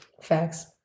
facts